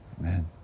Amen